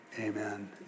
amen